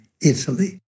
Italy